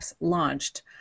launched